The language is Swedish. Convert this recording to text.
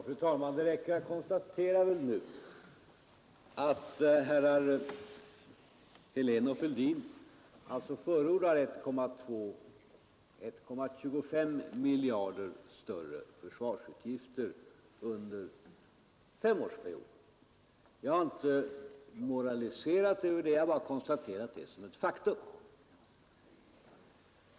Fru talman! Det räcker med att konstatera att herrar Helén och Fälldin alltså förordar 1,25 miljarder större försvarsutgifter under femårsperioden. Jag har inte moraliserat över det, jag har bara konstaterat det som ett faktum.